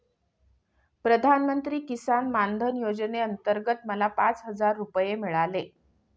प्रधानमंत्री किसान मान धन योजनेअंतर्गत मला पाच हजार रुपये मिळाले